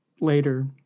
later